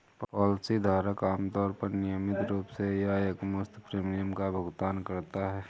policy धारक आमतौर पर नियमित रूप से या एकमुश्त प्रीमियम का भुगतान करता है